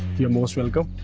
you're most welcome.